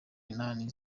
inani